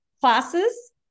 classes